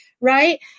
right